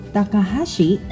Takahashi